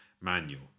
manual